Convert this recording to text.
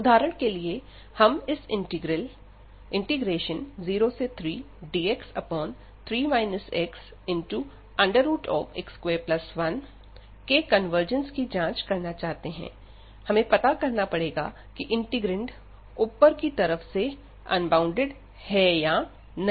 उदाहरण के लिए हम इस इंटीग्रल 03dx3 xx21 के कन्वर्जन्स की जांच करना चाहते हैं हमें पता करना पड़ेगा कि इंटीग्रैंड ऊपर की तरफ से अनबॉउंडेड है या नहीं